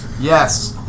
Yes